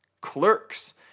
clerks